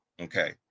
Okay